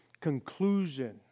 conclusion